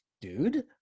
dude